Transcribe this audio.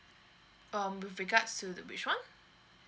um with regards to the which one